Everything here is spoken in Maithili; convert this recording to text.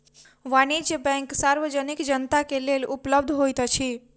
वाणिज्य बैंक सार्वजनिक जनता के लेल उपलब्ध होइत अछि